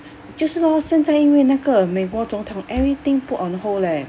就是 lor 现在因为那个美国总统 everything put on hold leh